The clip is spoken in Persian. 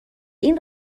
این